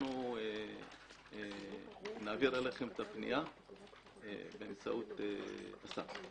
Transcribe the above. אנחנו נעביר אליכם את הפנייה באמצעות השר.